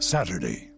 Saturday